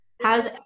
how's